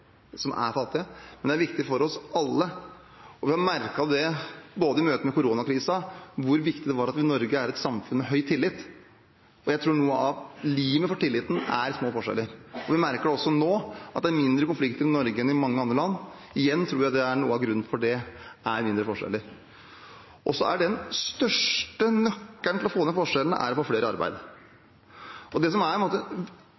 som er fattige, men det er viktig for oss alle. Vi har merket i møte med koronakrisen hvor viktig det var at Norge er et samfunn med høy tillit. Jeg tror noe av limet for tilliten er små forskjeller. Vi merker også nå at det er mindre konflikter i Norge enn i mange andre land. Igjen tror jeg noe av grunnen til det er mindre forskjeller. Den største nøkkelen til å få ned forskjellene er å få flere i arbeid.